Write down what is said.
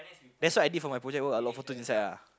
that's what I did for my project work a lot photos inside lah